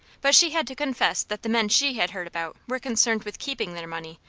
but she had to confess that the men she had heard about were concerned with keeping their money,